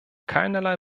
keinerlei